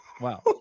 Wow